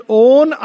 own